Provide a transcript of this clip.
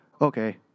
Okay